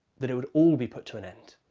that it would all be put to an end.